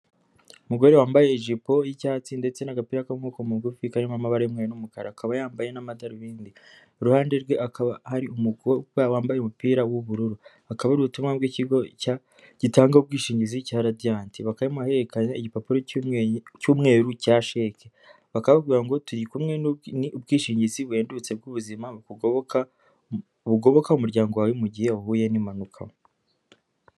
Umugore wambaye ijipo y'icyatsi, ndetse n'agapira k'amakoboko mugufi karimo amabara y'umweru n'umukara, akaba yambaye n'amadarubindi, iruhande rwe hakaba hari umukobwa wambaye umupira w'ubururu, akaba ari ubutumwa bw'ikigo gitanga ubwishingizi cya RADIANT, bakaba barimo barahererekanya igipapuro cy'umweru cya sheke, bakaba bakubwira ngo turi kumwe n'ubwishingizi buhendutse bw'ubuzima, bukugoboka, bugoboka umuryango wawe, mugihe uhuye n'impanuka.